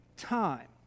time